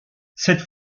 cette